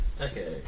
Okay